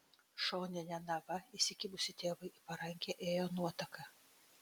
šonine nava įsikibusi tėvui į parankę ėjo nuotaka